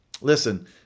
Listen